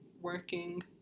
working